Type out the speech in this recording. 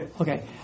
Okay